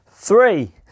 Three